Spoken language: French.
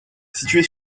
située